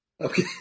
Okay